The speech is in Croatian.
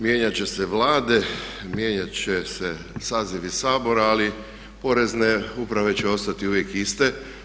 Mijenjat će se Vlade, mijenjat će se sazivi Sabora, ali porezne uprave će ostati uvijek iste.